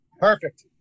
Perfect